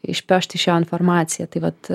išpešt iš jo informaciją tai vat